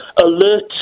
alert